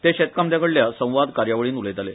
ते शेतकामत्यांकडल्या संवाद कार्यावलीन उलयताले